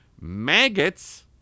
maggots